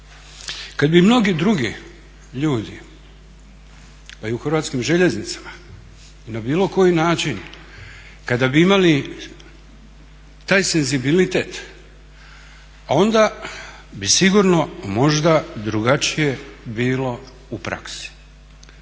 Kad bi mnogi drugi ljudi, pa i u Hrvatskim željeznicama, i na bilo koji način kada bi imali taj senzibilitet onda bi sigurno možda drugačije bilo u praksi.